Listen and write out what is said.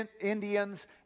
Indians